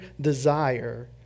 desire